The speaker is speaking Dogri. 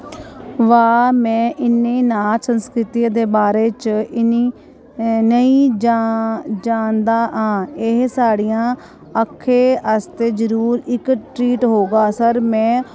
वाह् में इ'नें नाच संस्कृतियें दे बारे च नेईं जानदा हा एह् साढ़ियां अक्खें आस्तै जरूर इक ट्रीट होगा सर में